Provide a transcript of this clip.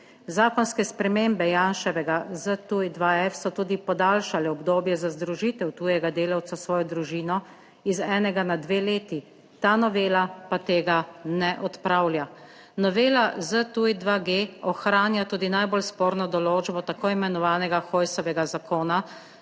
Zakonske spremembe Janševega ZTuj-2F so tudi podaljšale obdobje za združitev tujega delavca s svojo družino iz enega na dve leti, ta novela pa tega ne odpravlja. Novela ZTuj-2G ohranja tudi najbolj sporno določbo tako imenovanega Hojsovega zakona,